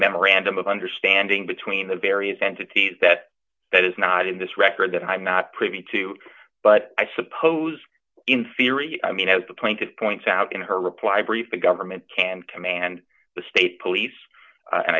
memorandum of understanding between the various entities that that is not in this record that i'm not privy to but i suppose in theory i mean as the plaintiff points out in her reply brief the government can command the state police a